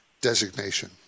designation